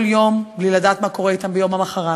יום בלי לדעת מה קורה אתם ביום המחרת,